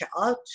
out